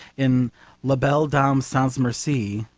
in la belle dame sans merci,